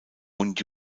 und